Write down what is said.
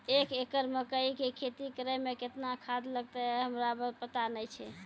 एक एकरऽ मकई के खेती करै मे केतना खाद लागतै हमरा पता नैय छै?